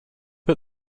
put